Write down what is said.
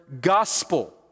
gospel